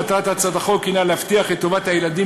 מטרת הצעת החוק הנה להבטיח את טובת הילדים